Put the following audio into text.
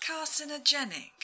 carcinogenic